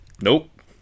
nope